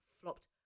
flopped